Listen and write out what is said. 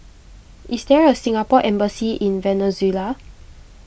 is there a Singapore Embassy in Venezuela